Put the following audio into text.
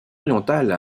orientale